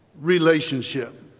relationship